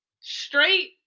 Straight